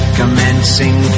commencing